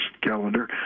calendar